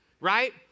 right